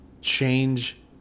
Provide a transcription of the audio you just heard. change